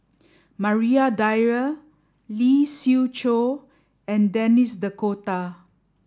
Maria Dyer Lee Siew Choh and Denis D'Cotta